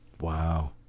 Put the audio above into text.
Wow